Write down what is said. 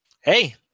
hey